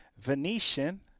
Venetian